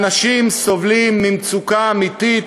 אנשים סובלים ממצוקה אמיתית